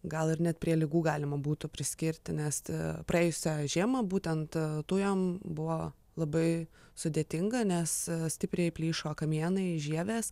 gal ir net prie ligų galima būtų priskirti nes praėjusią žiemą būtent tujom buvo labai sudėtinga nes stipriai plyšo kamienai žievės